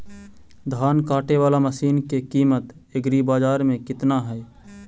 धान काटे बाला मशिन के किमत एग्रीबाजार मे कितना है?